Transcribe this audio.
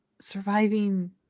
surviving